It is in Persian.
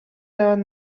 روند